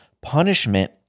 punishment